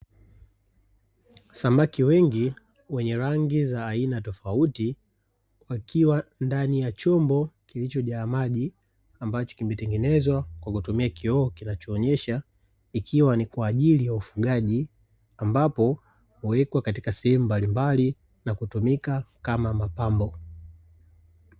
Samaki wengi wenye rangi za aina tofauti wakiwa ndani ya chombo kilichojaa maji ambacho kimetengezwa kwa kutumia kioo kinachoonyesha, ikiwa ni kwa ajili ya ufugaji ambapo huwekwa katika sehemu mbalimbali na kutumika kama mapambo.